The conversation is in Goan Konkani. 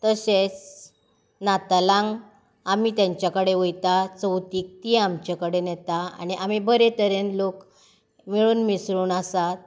तशेंच नातालांक आमी तेच्या कडेन वयता चवथीक तीं आमचे कडेन येता आनी आमी बरे तरेन लोक मिसळून आसात